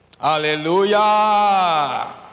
Hallelujah